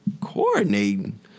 coordinating